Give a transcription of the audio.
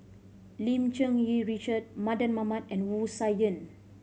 Lim Cherng Yih Richard Mardan Mamat and Wu Tsai Yen